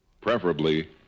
preferably